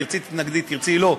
תרצי, תתנגדי, תרצי, לא.